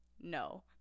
no